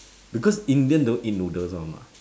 because indian don't eat noodles [one] mah